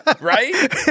Right